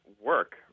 work